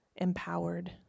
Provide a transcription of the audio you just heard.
empowered